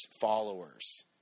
followers